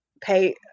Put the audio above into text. pay